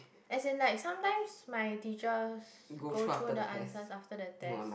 as in like sometimes my teachers go through the answers after the test